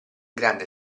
grande